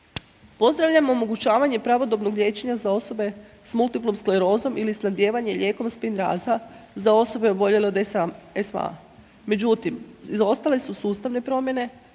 Pozdravljam omogućavanje pravodobnog liječenja za osobe s multiplom sklerozom ili snabdijevanje lijekova Spinraza za osobe oboljele od SA, SV-a. Međutim izostale su sustavne promjene